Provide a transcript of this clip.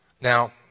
Now